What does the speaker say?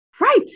Right